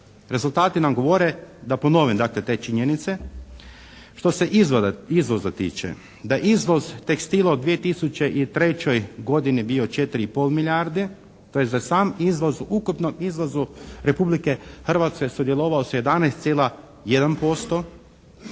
Rezultati nam govore, da ponovim dakle te činjenice, što se izvoza tiče da izvoz tekstila u 2003. godini bio 4 i pol milijarde, tj., da je sam izvoz u ukupnom izvozu Republike Hrvatske sudjelovao sa 11,1%,